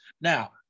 Now